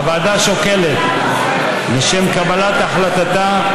הוועדה שוקלת לשם קבלת החלטתה,